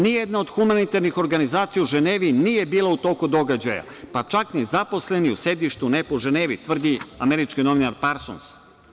Nijedna od humanitarnih organizacija u Ženevi nije bila u toku događaja, pa čak ni zaposleni u sedištu u UNEP-u u Ženevi, tvrdi američki novinar Parsons.